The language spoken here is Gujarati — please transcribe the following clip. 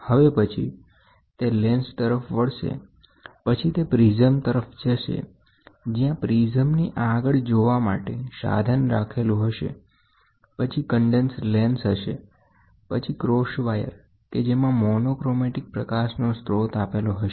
હવે પછી તે લેન્સ તરફ વળશે પછી તે પ્રિઝમ તરફ જશે જ્યાં પ્રિઝમ ની આગળ જોવા માટે સાધન રાખેલું હશે પછી કન્ડેનસ લેન્સ હશે પછી ક્રોસ વાયર કે જેમાં મોનોક્રોમેટિક પ્રકાશનો સ્ત્રોત આપેલો હશે